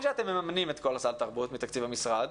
שאתם מממנים את כל סל התרבות מתקציב המשרד,